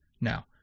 Now